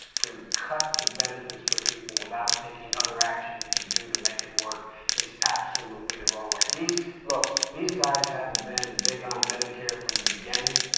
to cut the benefits for people without taking other action you could do to make it work is absolutely the wrong way. these look, these guys haven't been big on medicare from the beginning.